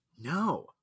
No